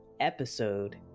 Episode